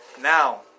Now